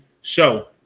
show